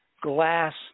glass